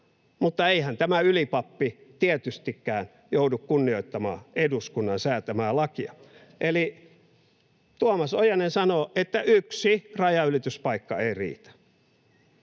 Mutta eihän tämä ylipappi tietystikään joudu kunnioittamaan eduskunnan säätämää lakia. Eli Tuomas Ojanen sanoo, että yksi rajanylityspaikka ei riitä.